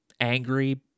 angry